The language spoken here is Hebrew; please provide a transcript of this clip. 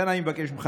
לכן אני מבקש ממך,